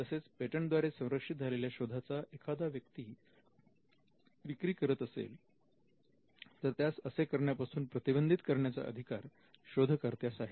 तसेच पेटंट द्वारे संरक्षित झालेल्या शोधाचा एखादी व्यक्ती विक्री करत असेल तर त्यास असे करण्यापासून प्रतिबंधित करण्याचा अधिकार शोधकर्त्यास आहे